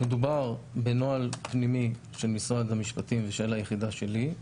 מדובר בנוהל פנימי של משרד המשפטים ושל היחידה שלי,